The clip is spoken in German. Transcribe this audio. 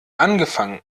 angefangen